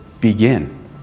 begin